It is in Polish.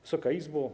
Wysoka Izbo!